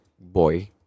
boy